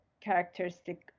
characteristic